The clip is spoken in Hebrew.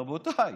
רבותיי,